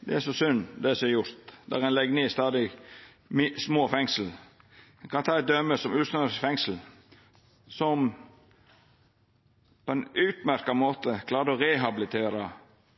det er synd, det som er gjort, at ein stadig legg ned små fengsel. Eg kan ta Ulvsnesøy fengsel som døme, som på ein utmerkt måte klarte å rehabilitera